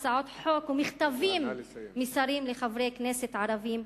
הצעות חוק ומכתבים משרים לחברי כנסת ערבים,